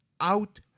out